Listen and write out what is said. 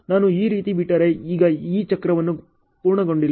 ನಾನು ಈ ರೀತಿ B ಟ್ಟರೆ ಈಗ ಈ ಚಕ್ರ ಪೂರ್ಣಗೊಂಡಿಲ್ಲ